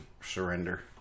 surrender